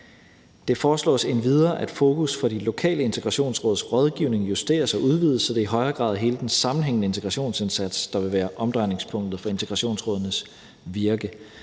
Det foreslås endvidere, at fokus for de lokale integrationsråds rådgivning justeres og udvides, så det i højere grad er hele den sammenhængende integrationsindsats, der vil være omdrejningspunktet for integrationsrådenes virke.